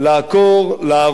לאבד את הבתים,